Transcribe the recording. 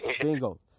Bingo